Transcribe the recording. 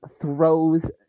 throws